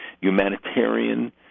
humanitarian